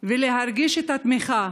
ולהרגיש את התמיכה,